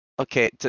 Okay